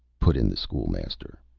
put in the school-master.